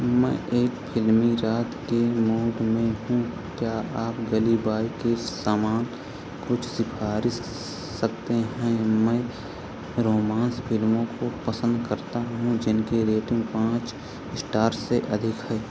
मैं एक फ़िल्मी रात के मूड में हूँ क्या आप गली बॉय के समान कुछ सिफ़ारिश दे सकते हैं मैं रोमांस फ़िल्मों को पसंद करता हूँ जिनकी रेटिंग पाँच स्टार्स से अधिक है